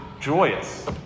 joyous